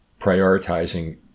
prioritizing